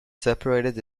separated